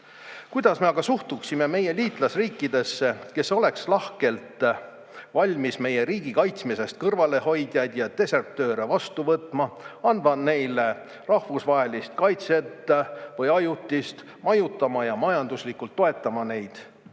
Kuidas me suhtuksime meie liitlasriikidesse, kes oleks lahkelt valmis meie riigi kaitsmisest kõrvalehoidjaid ja desertööre vastu võtma, andma neile rahvusvahelist kaitset või ajutist kaitset, majutama ja majanduslikult toetama neid?